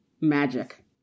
magic